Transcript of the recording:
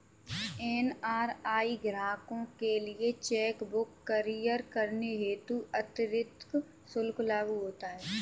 NRI ग्राहकों के लिए चेक बुक कुरियर करने हेतु अतिरिक्त शुल्क लागू होता है